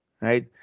right